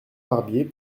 barbier